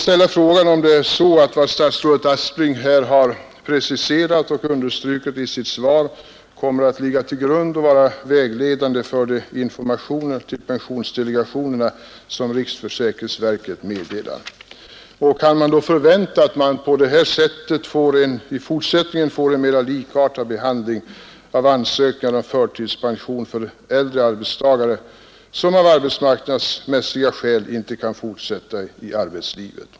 Kommer då det som statsrådet har preciserat och understrukit i sitt svar att ligga till grund och vara vägledande för de informationer till pensionsdelegationerna som riksförsäkringsverket meddelar? Kan man förvänta sig att det i fortsättningen blir en mer likartad behandling av ansökningar om förtidspension för äldre arbetstagare som av arbetsmarknadsmässiga skäl inte kan fortsätta i arbetslivet?